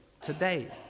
today